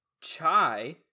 chai